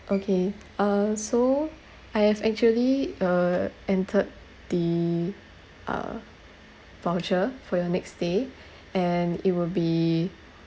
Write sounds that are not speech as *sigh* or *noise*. okay uh so I have actually uh entered the uh voucher for your next stay *breath* and it would be